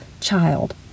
child